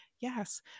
yes